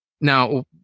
Now